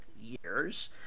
years